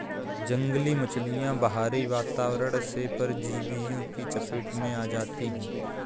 जंगली मछलियाँ बाहरी वातावरण से परजीवियों की चपेट में आ जाती हैं